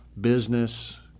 business